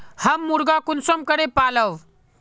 हम मुर्गा कुंसम करे पालव?